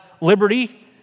liberty